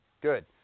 Good